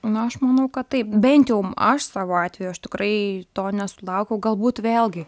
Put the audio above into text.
na aš manau kad taip bent jau aš savo atveju aš tikrai to nesulaukiau galbūt vėlgi